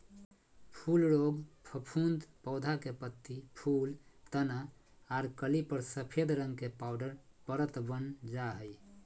फूल रोग फफूंद पौधा के पत्ती, फूल, तना आर कली पर सफेद रंग के पाउडर परत वन जा हई